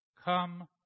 Come